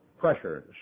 pressures